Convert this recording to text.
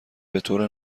بطور